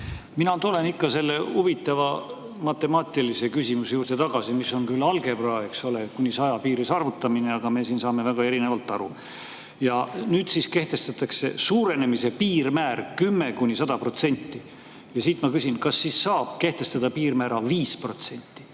Mina tulen ikka selle huvitava matemaatilise küsimuse juurde tagasi, mis on küll algebra, eks ole, kuni 100 piires arvutamine, aga me saame sellest väga erinevalt aru. Nüüd siis kehtestatakse suurenemise piirmäär 10–100%. Ma küsin: kas saab kehtestada piirmäära 5%?